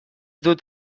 dut